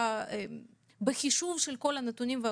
בחישוב של כל הנתונים.